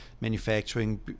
manufacturing